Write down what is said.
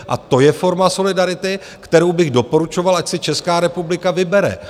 A to je forma solidarity, kterou bych doporučoval, ať si Česká republika vybere.